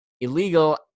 illegal